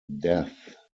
death